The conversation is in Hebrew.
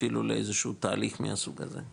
אפילו לאיזשהו תהליך מהסוג הזה?